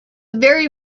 very